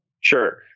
Sure